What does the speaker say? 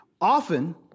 Often